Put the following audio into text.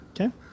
Okay